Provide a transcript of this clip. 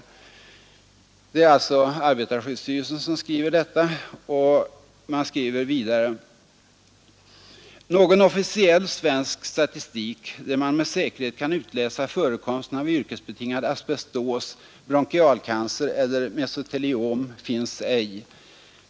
Denna remissinstans, arbetarskyddsstyrelsen, s river vidare: ”Någon vensk statistik där man med säkerhet kan utlä yrkesbetingad asbestos, bronchialcancer eller mesoteliom finns ej.